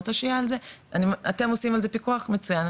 אתם עושים על זה פיקוח מצוין,